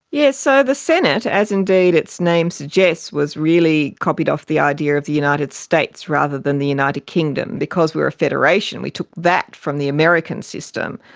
yes, so the senate, as indeed its name suggests, was really copied off the idea of the united states rather than the united kingdom. because we were a federation we took that from the american system,